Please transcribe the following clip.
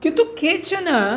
किन्तु केचन